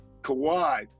Kawhi